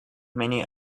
many